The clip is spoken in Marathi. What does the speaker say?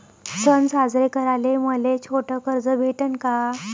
सन साजरे कराले मले छोट कर्ज भेटन का?